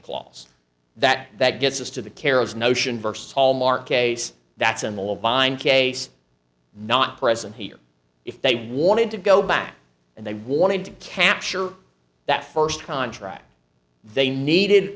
clause that that gets us to the care of notion versus hallmark case that's in the low buy in case not present here if they wanted to go back and they wanted to capture that first contract they needed